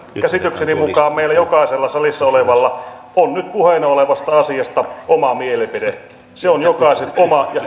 käsitykseni mukaan meillä jokaisella salissa olevalla on nyt puheena olevasta asiasta oma mielipide se on jokaisen oma ja